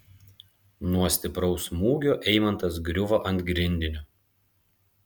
nuo stipraus smūgio eimantas griuvo ant grindinio